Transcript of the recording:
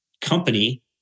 company